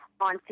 on